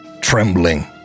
trembling